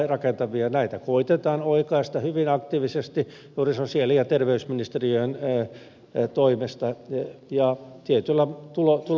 näitä koetetaan oikaista hyvin aktiivisesti juuri sosiaali ja terveysministeriön toimesta ja tietyllä tuloksella